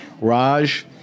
Raj